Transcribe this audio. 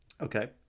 Okay